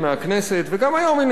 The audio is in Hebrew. וגם היום היא נעדרת מהכנסת.